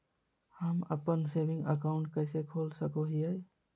हम अप्पन saving account कइसे खोल सको हियै?